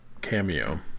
cameo